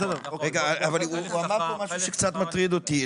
הוא אמר כאן משהו שקצת מטריד אותי.